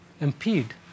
impede